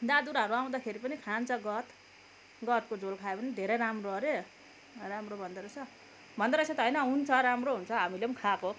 दादुराहरू आउँदा पनि खान्छ गहत गहतको झोल खायो भने धेरै राम्रो अरे राम्रो भन्दो रहेछ भन्दो रहेछ त होइन हुन्छ राम्रो हुन्छ हामीले पनि खाएको